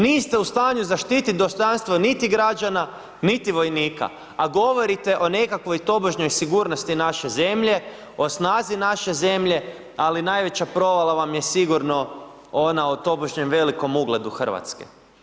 Niste u stanju zaštitit dostojanstvo niti građana, niti vojnika, a govorite o nekakvoj tobožnjoj sigurnosti naše zemlje, o snazi naše zemlje, ali najveća provala vam je sigurno ona o tobožnjem velikom ugledu Hrvatske.